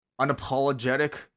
unapologetic